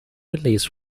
release